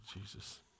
Jesus